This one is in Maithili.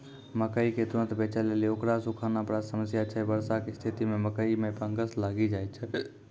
मकई के तुरन्त बेचे लेली उकरा सुखाना बड़ा समस्या छैय वर्षा के स्तिथि मे मकई मे फंगस लागि जाय छैय?